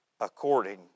according